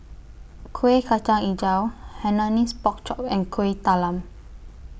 Kueh Kacang Hijau Hainanese Pork Chop and Kuih Talam